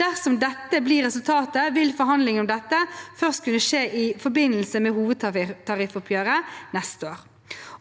Dersom dette vert resultatet, vil forhandlingane om dette først kunne skje i samband med hovudtariffoppgjeret neste år.